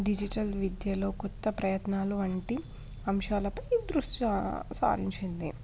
digital విద్యలో కొత్త ప్రయత్నాలు వంటి అంశాలపై దృష్టి సారించింది